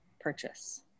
purchase